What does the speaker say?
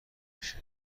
میشه